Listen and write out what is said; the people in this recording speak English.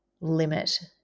limit